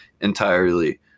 entirely